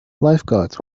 lifeguards